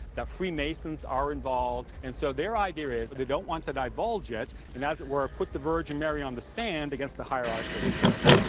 that freemasons are involved. and so their idea is they don't want to divulge it and, as it were, put the virgin mary on the stand against the hierarchy of the church.